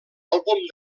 àlbum